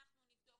אנחנו נבדוק,